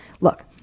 Look